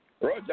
Roger